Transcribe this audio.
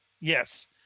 yes